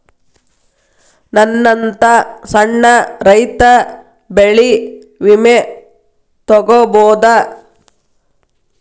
ನನ್ನಂತಾ ಸಣ್ಣ ರೈತ ಬೆಳಿ ವಿಮೆ ತೊಗೊಬೋದ?